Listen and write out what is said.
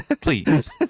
Please